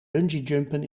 bungeejumpen